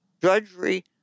drudgery